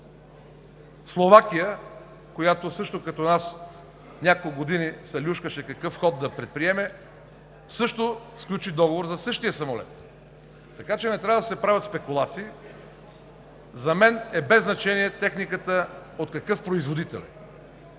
Словакия, която също като нас няколко години се люшкаше какъв ход да предприеме, също сключи договор за същия самолет, така че не трябва да се правят спекулации. За мен е без значение от какъв производител е